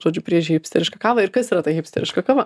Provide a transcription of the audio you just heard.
žodžiu prieš hipsterišką kavą ir kas yra ta hipsteriška kava